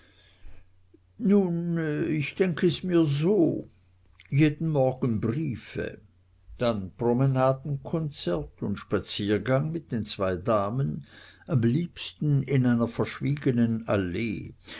nun ich denk es mir so jeden morgen briefe dann promenadenkonzert und spaziergang mit den zwei damen am liebsten in einer verschwiegenen allee